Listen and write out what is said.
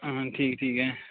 ਹਾਂ ਠੀਕ ਠੀਕ ਹੈ